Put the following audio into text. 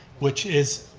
which is,